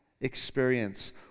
experience